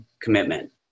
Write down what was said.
commitment